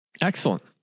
Excellent